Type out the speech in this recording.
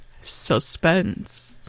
Suspense